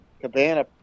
Cabana